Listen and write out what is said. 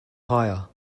hire